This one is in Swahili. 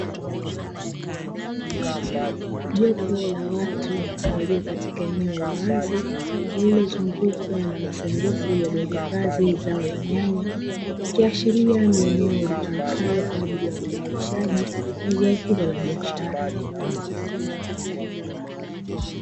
Jopo la watu walio katika eneo la wazi, lililozungukwa na masanduku yaliyohifadhi zao la nyanya, kiashiria ni eneo litumikalo kwa ajili ya utayarishaji wa zao hilo la biashara.